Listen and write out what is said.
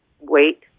wait